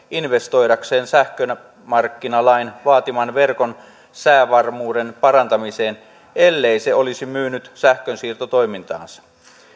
investoidakseen sähkömarkkinalain vaatiman verkon säävarmuuden parantamiseen ellei se olisi myynyt sähkönsiirtotoimintaansa